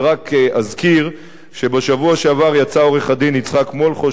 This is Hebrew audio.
ורק אזכיר שבשבוע שעבר יצא עורך-הדין יצחק מולכו,